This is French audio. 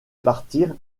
partir